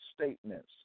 statements